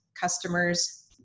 customers